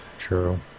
True